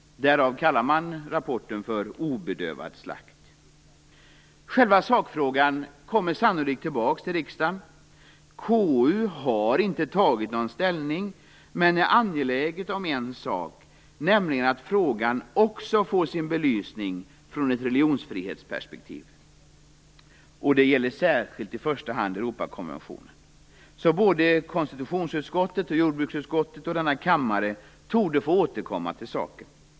Därför kallas rapporten Slakt av obedövade djur. Själva sakfrågan kommer sannolikt tillbaka till riksdagen. KU har inte tagit ställning i frågan men är angeläget om en sak, nämligen att frågan också får sin belysning från ett religionsfrihetsperspektiv, i första hand i enlighet med Europakonventionen. Såväl konstitutionsutskottet, jordbruksutskottet som denna kammare torde få återkomma till saken.